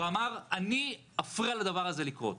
ואמר, אני אפריע לדבר הזה לקרות.